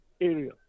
area